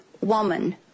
woman